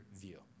view